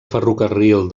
ferrocarril